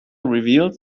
reveals